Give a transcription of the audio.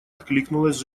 откликнулась